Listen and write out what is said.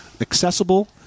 accessible